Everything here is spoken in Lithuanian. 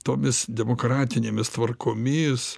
tomis demokratinėmis tvarkomis